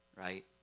right